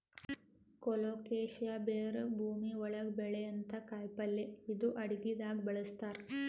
colocasia ಬೇರ್ ಭೂಮಿ ಒಳಗ್ ಬೆಳ್ಯಂಥ ಕಾಯಿಪಲ್ಯ ಇದು ಅಡಗಿದಾಗ್ ಬಳಸ್ತಾರ್